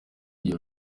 iryo